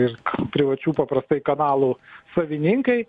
ir privačių paprastai kanalų savininkai